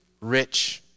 rich